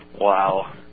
Wow